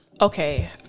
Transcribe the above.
Okay